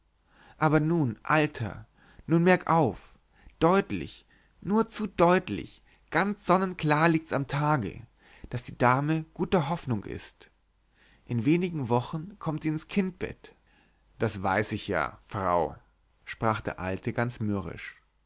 aber nun alter nun merk auf deutlich nur zu deutlich ganz sonnenklar liegt's am tage daß die dame guter hoffnung ist in wenigen wochen kommt sie ins kindbett das weiß ich ja frau sprach der alte ganz mürrisch